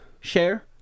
Share